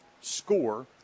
score